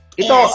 ito